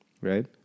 right